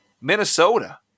Minnesota